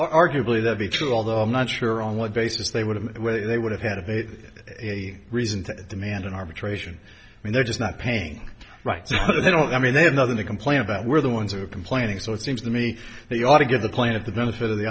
arguably that be true although i'm not sure on what basis they would have they would have had a reason to demand an arbitration and they're just not paying right so they don't i mean they have nothing to complain about we're the ones who are complaining so it seems to me they ought to give the planet the benefit of the